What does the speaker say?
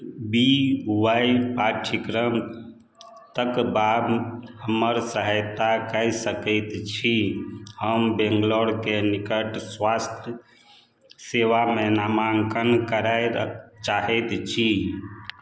V वाइ पाठ्यक्रम तकबामे हमर सहायता कय सकैत छी हम बैंगलोरके निकट स्वास्थ्य सेवामे नामाङ्कन करय चाहैत छी